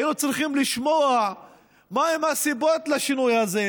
היו צריכים לשמוע מהן הסיבות לשינוי הזה,